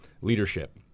leadership